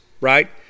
right